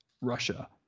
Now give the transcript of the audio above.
Russia